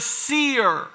seer